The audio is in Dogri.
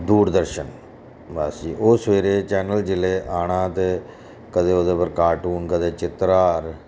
दूरदर्शन बस जी ओह् सवेरे चैनल जेल्लै आना ते कदें ओह्दे पर कार्टून कदें चित्रहार